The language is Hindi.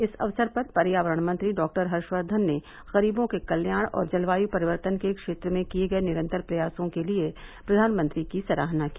इस अवसर पर पर्यावरण मंत्री डॉ हर्षवर्धन ने गरीबों के कल्याण और जलवायु परिवर्तन के क्षेत्र में किए गए निरंतर प्रयासों के लिए प्रधानमंत्री की सराहना की